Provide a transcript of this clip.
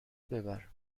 ببر